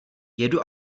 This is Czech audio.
jedu